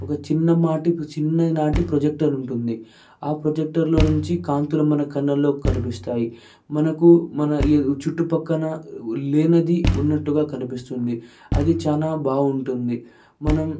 ఒక చిన్నపాటి చిన్నపాటి ప్రొజెక్టర్ ఉంటుంది ఆ ప్రొజెక్టర్లో నుంచి కాంతులు మన కళ్ళలో కనిపిస్తాయి మనకు మన చుట్టుపక్కల లేనది ఉన్నట్టుగా కనిపిస్తుంది అది చాలా బాగుంటుంది మనం